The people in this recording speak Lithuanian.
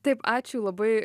taip ačiū labai